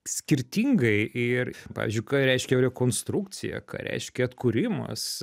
skirtingai ir pavyzdžiui ką reiškia rekonstrukcija ką reiškia atkūrimas